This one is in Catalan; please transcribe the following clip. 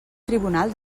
tribunal